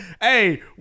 hey